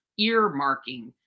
earmarking